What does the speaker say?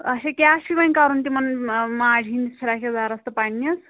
اَچھا کیٛاہ چھُے وۅنۍ کَرُن تِمَن ماجہِ ہٕنٛدس فِراکھ یزارس تہٕ پنٕنِس